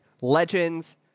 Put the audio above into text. Legends